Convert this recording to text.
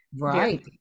Right